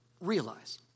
realize